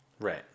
Right